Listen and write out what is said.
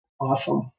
Awesome